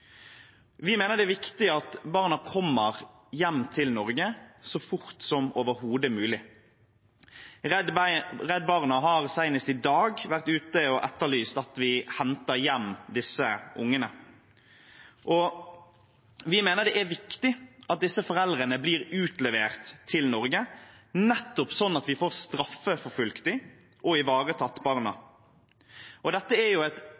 Vi mener det er viktig at barna kommer hjem til Norge så fort som overhodet mulig. Redd Barna har senest i dag vært ute og etterlyst at vi henter hjem disse ungene. Vi mener det er viktig at foreldrene blir utlevert til Norge sånn at vi får straffeforfulgt dem og ivaretatt barna. Det er et